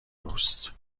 دوست